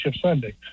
Sunday